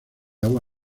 agua